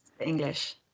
English